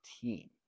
team